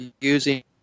using